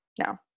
No